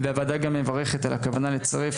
הוועדה גם מברכת על הכוונה לצרף,